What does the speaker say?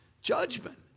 judgment